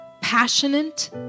Passionate